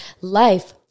life